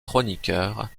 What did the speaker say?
chroniqueur